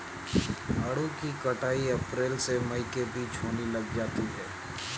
आड़ू की कटाई अप्रैल से मई के बीच होने लग जाती है